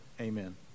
amen